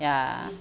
ya